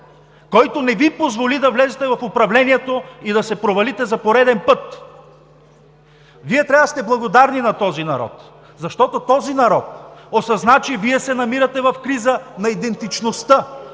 който не Ви позволи да влезете в управлението и да се провалите за пореден път. Вие трябва да сте благодарни на този народ, защото този народ осъзна, че Вие се намирате в криза на идентичността